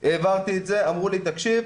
העברתי את זה, אמרו לי 'תקשיב',